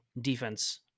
defense